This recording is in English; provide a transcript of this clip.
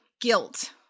guilt